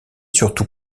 surtout